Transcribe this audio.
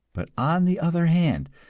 but, on the other hand,